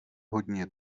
hodně